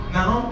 Now